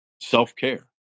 Self-care